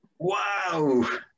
Wow